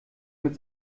mit